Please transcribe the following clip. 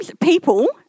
people